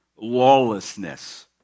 Lawlessness